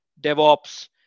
DevOps